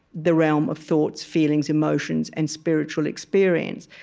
the realm of thoughts, feelings, emotions, and spiritual experience.